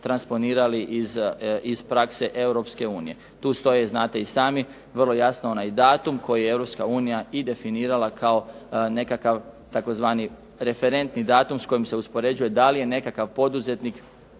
transponirali iz prakse Europske unije. Tu stoji znate i sami vrlo jasno onaj datum koji je Europska unija i definirala kao nekakav tzv. referentni datum s kojim se uspoređuje da li je nekakav poduzetnik